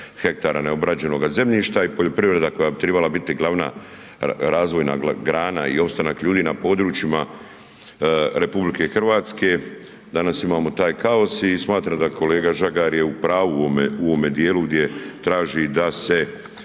ha neobrađenoga zemljišta i poljoprivreda koja bi trebala biti glavna razvojna grana i opstanak ljudi na područjima RH, danas imamo taj kaos i smatram da kolega Žagar je u pravu u ovome djelu gdje traži da se